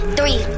Three